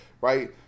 right